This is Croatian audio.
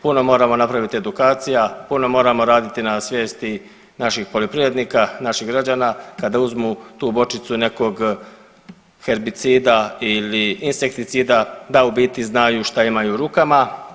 Puno moramo napraviti edukacija, puno moramo raditi na svijesti naših poljoprivrednika, naših građana kada uzmu tu bočicu nekog herbicida ili insekticida da u biti znaju šta imaju u rukama.